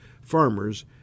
farmers